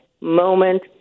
moment